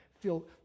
feel